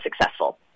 successful